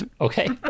okay